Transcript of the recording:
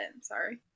Sorry